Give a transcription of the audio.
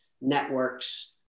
networks